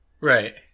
right